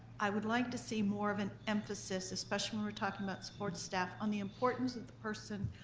i would like to see more of an emphasis, especially when we're talking about support staff, on the importance of the person,